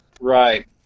Right